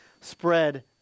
spread